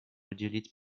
уделить